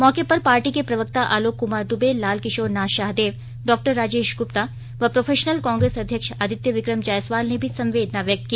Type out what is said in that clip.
मौके पर पार्टी के प्रवक्ता आलोक कुमार दूबे लाल किशोर नाथ शाहदेव डॉ राजेश ग्र्प्ता व प्रोफेशनल कांग्रेस अध्यक्ष आदित्य विक्रम जयसवाल ने भी संवेदना व्यक्त की